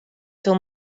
sil